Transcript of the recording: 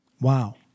Wow